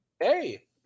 hey